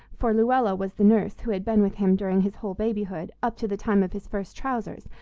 for luella was the nurse who had been with him during his whole babyhood, up to the time of his first trousers,